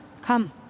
Come